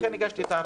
לכן הגשתי את ההצעה.